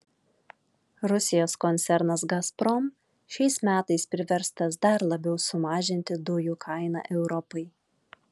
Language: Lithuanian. rusijos koncernas gazprom šiais metais priverstas dar labiau sumažinti dujų kainą europai